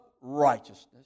righteousness